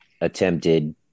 attempted